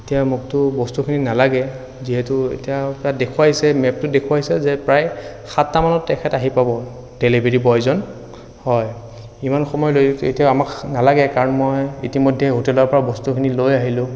এতিয়া মোকতো বস্তুখিনি নালাগে যিহেতু এতিয়া তাত দেখুৱাইছে মেপটোত দেখুৱাইছে যে প্ৰায় সাতটামানত তেখেত আহি পাব ডেলিভাৰী বয়জন হয় ইমান সময় দেৰি এতিয়া আমাক নালাগে কাৰণ মই ইতিমধ্যে হোটেলৰ পৰা বস্তুখিনি লৈ আহিলোঁ